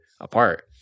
apart